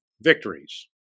victories